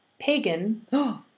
pagan